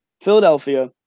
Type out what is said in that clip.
Philadelphia